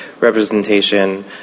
representation